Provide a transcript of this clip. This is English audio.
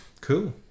cool